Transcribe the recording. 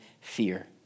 fear